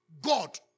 God